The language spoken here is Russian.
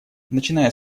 начиная